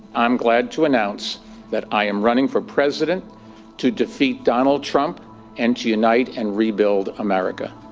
i'm glad to announce that i am running for president to defeat donald trump and to unite and rebuild america.